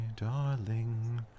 darling